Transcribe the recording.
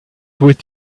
with